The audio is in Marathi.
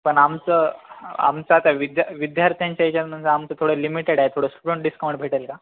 पण आमचं आमचं आता विद्या विद्यार्थ्यांच्या याच्या नंतरच आमचं थोडं लिमिटेड आहे थोडं स्टुडंट डिस्काउंट भेटेल का